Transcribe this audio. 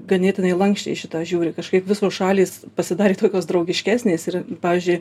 ganėtinai lanksčiai į šitą žiūri kažkaip visos šalys pasidarė tokios draugiškesnės ir pavyzdžiui